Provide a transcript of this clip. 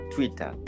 Twitter